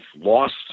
lost